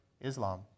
Islam